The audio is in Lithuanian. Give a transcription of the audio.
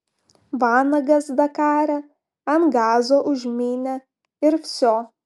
vanagas dakare ant gazo užmynė ir vsio